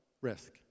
risk